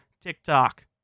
TikTok